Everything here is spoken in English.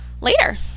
later